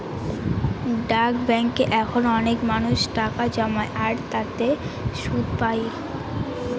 ডাক ব্যাঙ্কে এখন অনেক মানুষ টাকা জমায় আর তাতে সুদ পাই